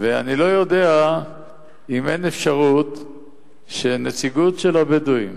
ואני לא יודע אם אין אפשרות שנציגות של הבדואים